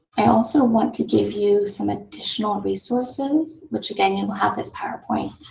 i also want to give you some additional resources which, again, you'll have this powerpoint